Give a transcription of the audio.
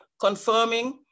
confirming